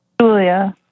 Julia